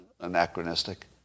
anachronistic